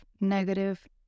negative